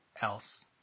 else